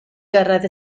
gyrraedd